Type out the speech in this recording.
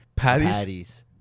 Patties